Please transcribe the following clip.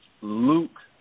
Luke